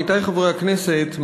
עמיתי חברי הכנסת,